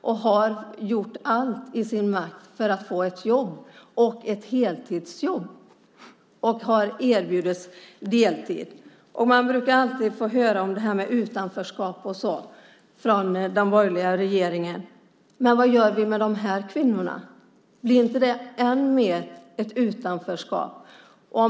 De har gjort allt i sin makt för att få ett heltidsjobb och har erbjudits deltid. Man brukar alltid få höra om utanförskap från den borgerliga regeringen. Men vad gör vi med de här kvinnorna? Blir det inte än mer ett utanförskap?